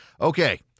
Okay